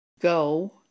Go